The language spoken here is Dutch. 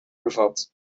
bevat